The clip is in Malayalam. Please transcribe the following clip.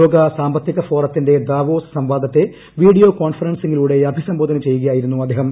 ലോക സാമ്പത്തിക ഫോറത്തിന്റെ ദാവോസ് സംവാദത്തെ വീഡിയോ കോൺഫറൻസിങ്ങിലൂടെ അഭിസംബോധന ചെയ്യുകയായിരുന്നു അദ്ദേഹം